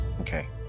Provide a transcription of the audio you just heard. Okay